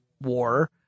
war